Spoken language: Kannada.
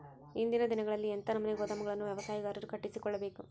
ಇಂದಿನ ದಿನಗಳಲ್ಲಿ ಎಂಥ ನಮೂನೆ ಗೋದಾಮುಗಳನ್ನು ವ್ಯವಸಾಯಗಾರರು ಕಟ್ಟಿಸಿಕೊಳ್ಳಬೇಕು?